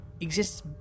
exists